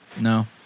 No